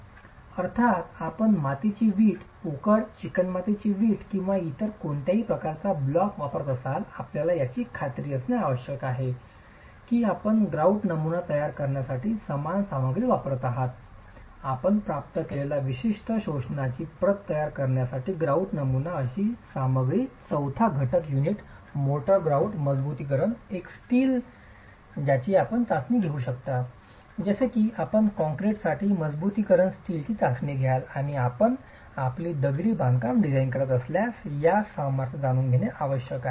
अर्थात आपण मातीची वीट पोकळ चिकणमाती वीट किंवा इतर कोणत्याही प्रकारचा ब्लॉक वापरत असल्यास आपल्याला याची खात्री असणे आवश्यक आहे की आपण ग्रॉउट नमुना तयार करण्यासाठी समान सामग्री वापरत आहात आपण प्राप्त केलेल्या विशिष्ट शोषणाची प्रत तयार करण्यासाठी ग्रॉउट नमुना अशी सामग्री चौथा घटक युनिट मोर्टार ग्रॉउट मजबुतीकरण एक स्टील ज्याची आपण चाचणी घेऊ शकता जसे की आपण कॉंक्रिटसाठी मजबुतीकरण स्टीलची चाचणी घ्याल आणि आपण आपली दगडी बांधकाम डिझाइन करीत असल्यास या सामर्थ्या जाणून घेणे आवश्यक आहे